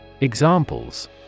Examples